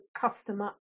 customer